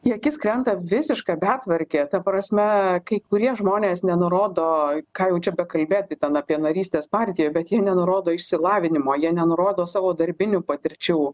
į akis krenta visiška betvarkė ta prasme kai kurie žmonės nenurodo ką jau čia bekalbėti ten apie narystes partijoj bet jie nenurodo išsilavinimo jie nenurodo savo darbinių patirčių